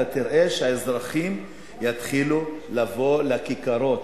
אתה תראה שהאזרחים יתחילו לבוא לכיכרות,